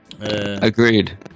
agreed